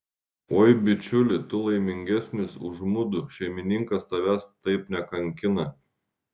oi bičiuli tu laimingesnis už mudu šeimininkas tavęs taip nekankina